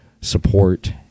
support